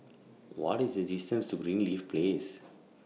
What IS The distance to Greenleaf Place